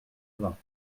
vingts